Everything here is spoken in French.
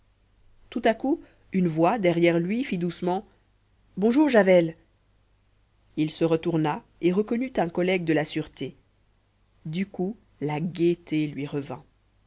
tout à coup une voix derrière lui fit doucement bonjour javel il se retourna et reconnut un collègue de la sûreté du coup la gaîté lui revint